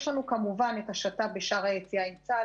יש לנו את השת"פ ב"שער היציאה" עם צה"ל,